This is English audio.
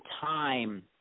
time